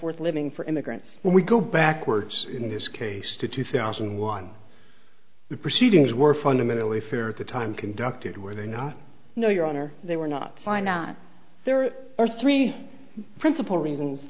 worth living for immigrants when we go backwards in this case to two thousand and one the proceedings were fundamentally fair at the time conducted were they not no your honor they were not fine not there are three principal reasons